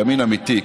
ימין אמיתי,